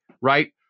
right